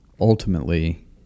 ultimately